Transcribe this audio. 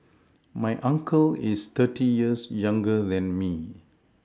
my uncle is thirty years younger than me